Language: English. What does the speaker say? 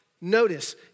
Notice